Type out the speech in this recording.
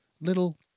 Little